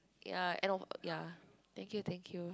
ya and ya thank you thank you